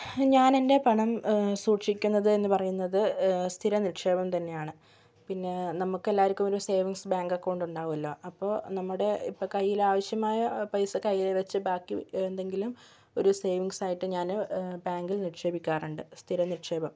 ഞാനെൻ്റെ പണം സൂക്ഷിക്കുന്നത് എന്ന് പറയുന്നത് സ്ഥിരനിക്ഷേപം തന്നെയാണ് പിന്നെ നമുക്കെല്ലാവർക്കും ഒരു സേവിങ്സ് ബാങ്ക് അക്കൗണ്ട് ഉണ്ടാകുമല്ലോ അപ്പോൾ നമ്മുടെ ഇപ്പം കൈയിൽ ആവശ്യമായ പൈസ കൈയിൽ വെച്ച് ബാക്കി എന്തെങ്കിലും ഒരു സേവിങ്സ് ആയിട്ട് ഞാൻ ബാങ്കിൽ നിക്ഷേപിക്കാറുണ്ട് സ്ഥിര നിക്ഷേപം